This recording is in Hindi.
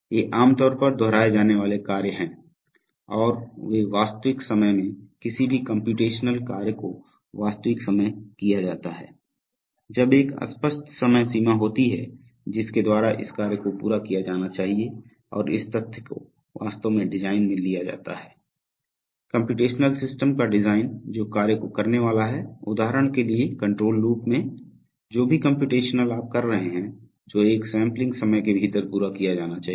ये आम तौर पर दोहराए जाने वाले कार्य हैं और वे वास्तविक समय में किसी भी कम्प्यूटेशनल कार्य को वास्तविक समय किया जाता है जब एक स्पष्ट समय सीमा होती है जिसके द्वारा इस कार्य को पूरा किया जाना चाहिए और इस तथ्य को वास्तव में डिजाइन में लिया जाता है कम्प्यूटेशनल सिस्टम का डिजाइन जो कार्य को करने वाला है उदाहरण के लिए कंट्रोल लूप में जो भी कंप्यूटेशन आप कर रहे हैं जो एक सैंपलिंग समय के भीतर पूरा किया जाना चाहिए